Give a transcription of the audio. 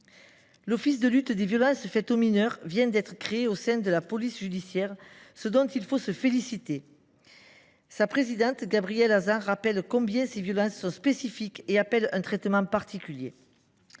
à lutter contre les violences faites aux mineurs, vient d’être créé au sein de la police judiciaire, ce dont il faut se féliciter. Sa présidente, Gabrielle Hazan, rappelle combien ces violences sont spécifiques et appellent un traitement particulier.